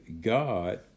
God